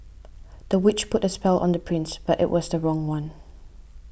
the witch put a spell on the prince but it was the wrong one